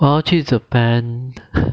我要去 japan